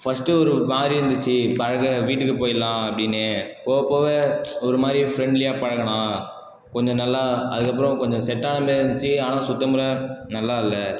first ஒரு மாதிரி இருந்துச்சு பழக வீட்டுக்கு போயிடலாம் அப்படின்னு போவப் போக ஒரு மாதிரி ஃப்ரெண்ட்லியா பழகுனான் கொஞ்சம் நல்லா அதுக்கப்புறம் கொஞ்சம் செட் ஆகுற மாரி இருந்துச்சு ஆனால் சுத்தமாக நல்லாயில்ல